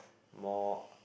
more